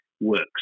works